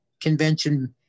convention